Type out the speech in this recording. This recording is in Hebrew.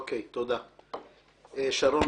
תודה, גברתי.